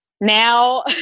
Now